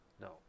No